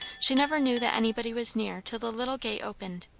she never knew that anybody was near till the little gate opened,